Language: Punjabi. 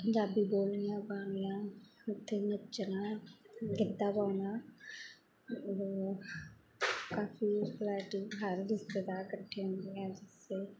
ਪੰਜਾਬੀ ਬੋਲੀਆਂ ਪਾਉਣੀਆਂ ਉੱਥੇ ਨੱਚਣਾ ਗਿੱਧਾ ਪਾਉਣਾ ਉਹ ਕਾਫੀ ਪ੍ਰਾਏਟੀ ਹਰ ਰਿਸ਼ਤੇਦਾਰ ਇਕੱਠੇ ਹੁੰਦੇ ਹਾਂ ਜਿਸ ਸੇ